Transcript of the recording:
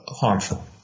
harmful